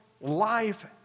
life